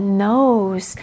knows